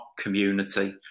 community